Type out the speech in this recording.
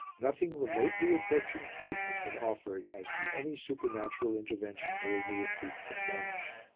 nothing remotely approaching proof has been offered as to any supernatural intervention during the retreat from mons.